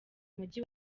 mujyi